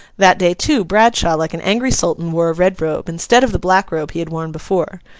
that day, too, bradshaw, like an angry sultan, wore a red robe, instead of the black robe he had worn before.